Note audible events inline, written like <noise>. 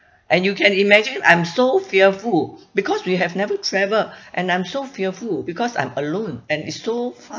and you can imagine I'm so fearful because we have never travelled <breath> and I'm so fearful because I'm alone and it's so far